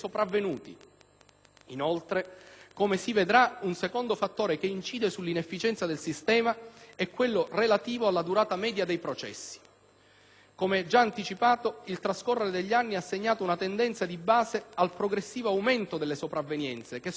Inoltre, come si vedrà, un secondo fattore che incide sull'inefficienza del sistema è quello relativo alla durata media dei processi. Come già anticipato, il trascorrere degli anni ha segnato una tendenza di base al progressivo aumento delle sopravvenienze, che sono passate